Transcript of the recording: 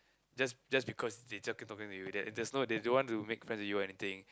just just because they just keep talking to you that and does no they don't want to make friends with you or anything